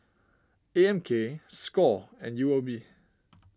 A M K Score and U O B